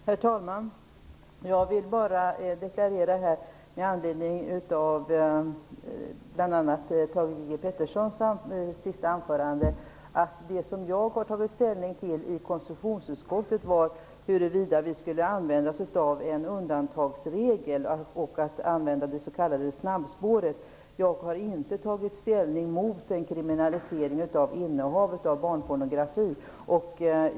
Herr talman! Jag vill bara med anledning av bl.a. Thage G Petersons sista anförande deklarera att det som jag har tagit ställning till i konstitutionsutskottet är huruvida vi skall använda oss av en undantagsregel och använda det s.k. snabbspåret. Jag har däremot inte tagit ställning mot en kriminalisering av innehavet av barnpornografi.